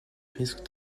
risque